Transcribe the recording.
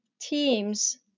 teams